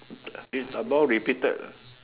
is about repeated ah